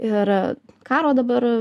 ir karo dabar